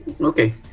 Okay